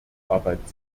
arbeit